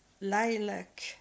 lilac